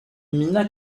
mina